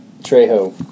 Trejo